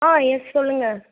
ஆ yes சொல்லுங்கள்